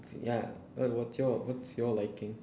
so ya what what's your what's your liking